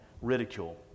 ridicule